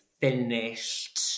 finished